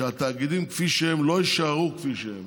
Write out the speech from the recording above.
שהתאגידים כפי שהם לא יישארו כפי שהם